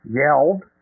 yelled